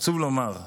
עצוב לומר,